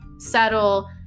settle